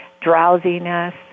drowsiness